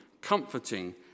comforting